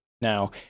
Now